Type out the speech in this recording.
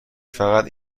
فقط